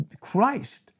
Christ